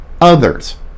others